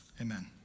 amen